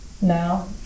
now